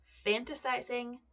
fantasizing